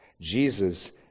Jesus